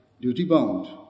duty-bound